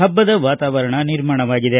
ಹಬ್ಬದ ವಾತಾವರಣ ನಿರ್ಮಾಣವಾಗಿದೆ